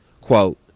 Quote